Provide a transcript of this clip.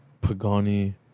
Pagani